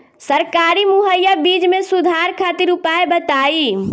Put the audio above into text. सरकारी मुहैया बीज में सुधार खातिर उपाय बताई?